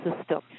system